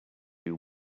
you